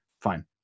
Fine